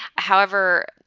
however,